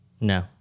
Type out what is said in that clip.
no